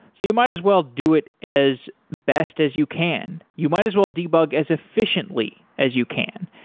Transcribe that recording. you might as well do it as best as you can. you might as well debug as efficiently as you can.